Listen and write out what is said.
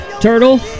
Turtle